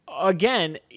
Again